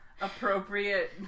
appropriate